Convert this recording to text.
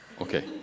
okay